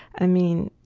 i mean,